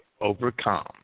overcome